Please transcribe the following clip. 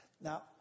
Now